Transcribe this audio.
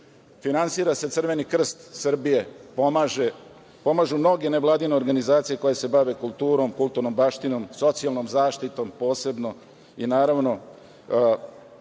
Finansira se Crveni krst Srbije, pomažu mnoge nevladine organizacije koje se bave kulturom, kulturnom baštinom, socijalnom zaštitom, posebno, i naravno